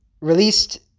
released